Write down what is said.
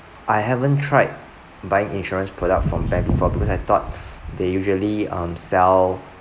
I haven't tried buying insurance product from bank before because I thought they usually um sell